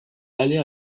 allait